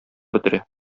бетерә